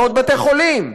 לעוד בתי-חולים,